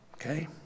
Okay